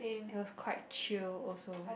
it was quite chill also